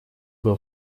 был